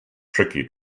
tricky